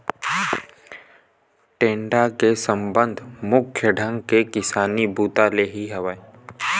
टेंड़ा के संबंध मुख्य ढंग ले किसानी बूता ले ही हवय